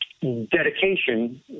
dedication